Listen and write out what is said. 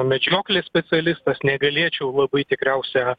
medžioklės specialistas negalėčiau labai tikriausia